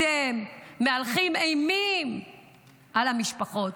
אתם מהלכים אימים על המשפחות.